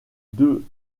deux